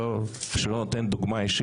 באיזה כיוון את?